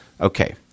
Okay